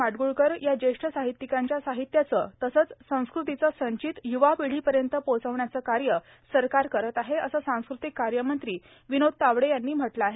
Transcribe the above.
माडग्ळकर या ज्येष्ठ साहित्यिकांच्या साहित्याच तसंच संस्कृतीचं संचित य्वा पिढीपर्यंत पोहचवण्याचं कार्य सरकार करत आहे असं सांस्कृतिक कार्य मंत्री विनोद तावडे यांनी म्हटलं आहे